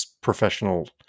professional